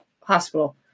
hospital